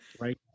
right